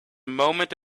moment